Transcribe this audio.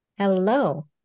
Hello